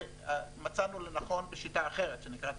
ומצאנו לנכון בשיטה אחרת של allowance